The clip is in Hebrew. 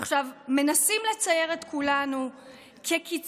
עכשיו, מנסים לצייר את כולנו כקיצוניים,